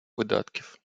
видатків